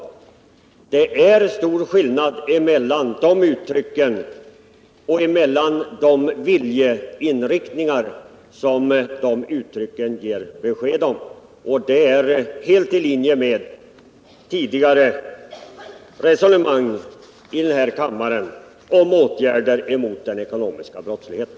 Det är stor skillnad mellan de uttrycken och mellan de viljeinriktningar som de uttrycken ger besked om. Och detta ligger helt i linje med tidigare resonemang i den här kammaren om åtgärder mot den ekonomiska brottsligheten.